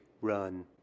run